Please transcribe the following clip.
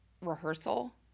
Rehearsal